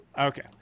Okay